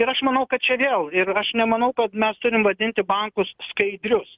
ir aš manau kad čia vėl ir aš nemanau kad mes turim vadinti bankus skaidrius